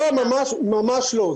לא, ממש לא.